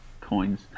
coins